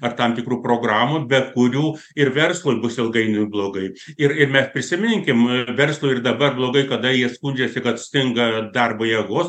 ar tam tikrų programų be kurių ir verslui bus ilgainiui blogai ir ir mes prisiminkim verslui ir dabar blogai kada jie skundžiasi kad stinga darbo jėgos